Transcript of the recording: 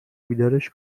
بیدارش